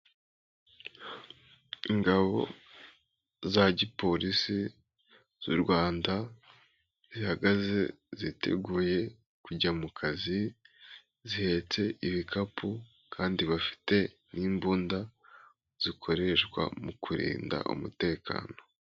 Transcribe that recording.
Ingabo za gipolisi z'u Rwanda, zihagaze ziteguye kujya mu kazi, zihetse ibikapu kandi bafite n'imbunda zikoreshwa mu kurinda umutekano.